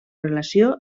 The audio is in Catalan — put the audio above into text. relació